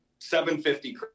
750